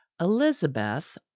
elizabeth